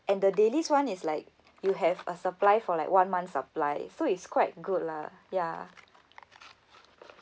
and the daily's one is like you have a supply for like one month supply so is quite good lah ya